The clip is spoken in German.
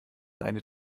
deine